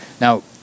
now